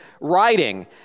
writing